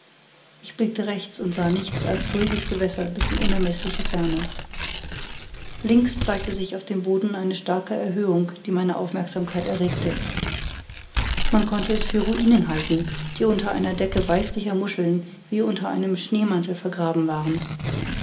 ich blickte rechts und sah nichts als ruhiges gewässer bis in unermeßliche ferne links zeigte sich auf dem boden eine starke erhöhung die meine aufmerksamkeit erregte man konnte es für ruinen halten die unter einer decke weißlicher muscheln wie unter einem schneemantel vergraben waren